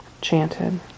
chanted